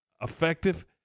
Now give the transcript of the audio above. effective